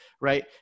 right